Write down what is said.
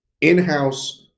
in-house –